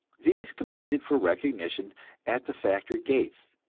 these competed for recognition at the factory gates,